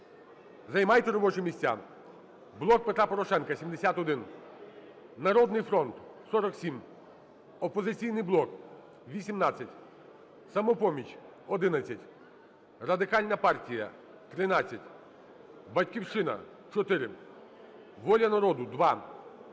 Займайте робочі місця. "Блок Петра Порошенка" – 71, "Народний фронт" – 47, "Опозиційний блок" – 18, "Самопоміч" – 11, Радикальна партія – 13, "Батьківщина" – 4, "Воля народу" –